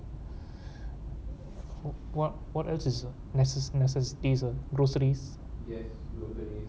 what what else is a nece~ nece~ necessities groceries